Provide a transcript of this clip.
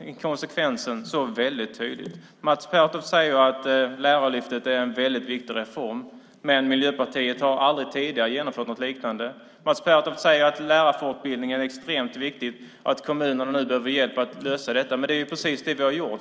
inkonsekvensen väldigt tydlig. Mats Pertoft säger att Lärarlyftet är en väldigt bra reform, men Miljöpartiet har aldrig genomfört något liknande. Mats Pertoft säger att lärarfortbildningen är extremt viktig, att kommunerna behöver hjälp att lösa det. Det är precis det vi har gjort.